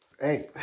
Hey